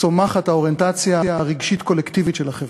צומחת האוריינטציה הרגשית הקולקטיבית של החברה.